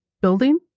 building